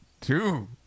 two